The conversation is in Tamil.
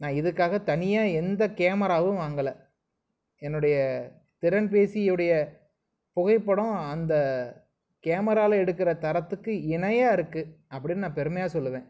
நான் இதுக்காக தனியாக எந்த கேமராவும் வாங்கல என்னுடைய திறன்பேசியுடைய புகைப்படம் அந்த கேமராவில் எடுக்கிற தரத்துக்கு இணையாருக்கு அப்படினு நான் பெருமையாக சொல்லுவேன்